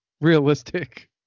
realistic